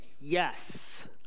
Yes